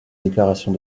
déclaration